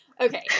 Okay